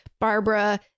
Barbara